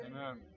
Amen